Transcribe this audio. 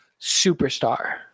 superstar